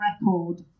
record